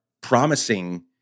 promising